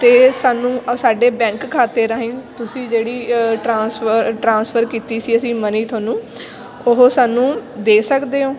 ਅਤੇ ਸਾਨੂੰ ਸਾਡੇ ਬੈਂਕ ਖਾਤੇ ਰਾਹੀਂ ਤੁਸੀਂ ਜਿਹੜੀ ਟ੍ਰਾਂਸਫਰ ਟਰਾਂਸਫਰ ਕੀਤੀ ਸੀ ਅਸੀਂ ਮਨੀ ਤੁਹਾਨੂੰ ਉਹ ਸਾਨੂੰ ਦੇ ਸਕਦੇ ਹੋ